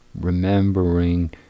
remembering